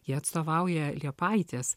jie atstovauja liepaites